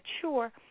sure